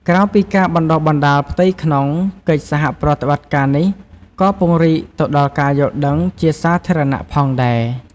ក្រៅពីការបណ្តុះបណ្តាលផ្ទៃក្នុង កិច្ចសហប្រតិបត្តិការនេះក៏ពង្រីកទៅដល់ការយល់ដឹងជាសាធារណៈផងដែរ។